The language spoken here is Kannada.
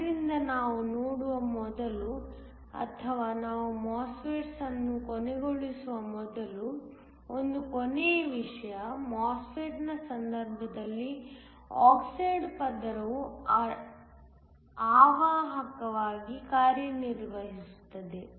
ಆದ್ದರಿಂದ ನಾವು ನೋಡುವ ಮೊದಲು ಅಥವಾ ನಾವು MOSFETS ಅನ್ನು ಕೊನೆಗೊಳಿಸುವ ಮೊದಲು ಒಂದು ಕೊನೆಯ ವಿಷಯ MOSFET ನ ಸಂದರ್ಭದಲ್ಲಿ ಆಕ್ಸೈಡ್ ಪದರವು ಅವಾಹಕವಾಗಿ ಕಾರ್ಯನಿರ್ವಹಿಸುತ್ತದೆ